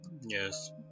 Yes